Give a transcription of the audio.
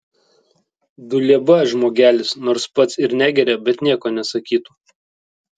dulieba žmogelis nors pats ir negeria bet nieko nesakytų